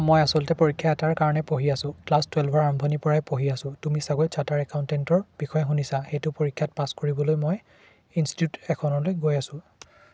মই আচলতে পৰীক্ষা এটাৰ কাৰণে পঢ়ি আছো ক্লাছ টুৱেলভৰ আৰম্ভণিৰ পৰাই পঢ়ি আছো তুমি চাগৈ চাৰ্টাৰ্ড একাউনটেণ্টৰ বিষয়ে শুনিছা সেইটো পৰীক্ষাত পাছ কৰিবলৈ মই ইনষ্টিটিউট এখনলৈ গৈ আছো